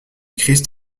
christ